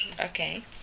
Okay